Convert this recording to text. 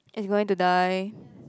it's going to die